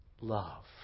Love